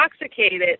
intoxicated